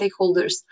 stakeholders